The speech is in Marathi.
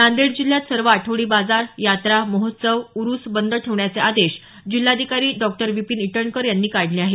नांदेड जिल्ह्यात सर्व आठवडी बाजार यात्रा महोत्सव ऊरूस बंद ठेवण्याचे आदेश जिल्हाधिकारी डॉ विपिन ईटनकर यांनी काढले आहेत